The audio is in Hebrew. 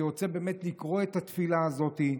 אני רוצה באמת לקרוא את התפילה הזאת.